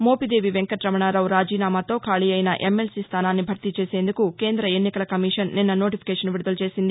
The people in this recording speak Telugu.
మోపిదేవి వెంకటరమణారావు రాజీనామాతో ఖాళీ అయిన ఎమ్మెల్సీ స్థానాన్ని భర్తీ చేసేందుకు కేంద్ర ఎన్నికల కమిషన్ నిస్న నోటిఫికేషన్ విడుదల చేసింది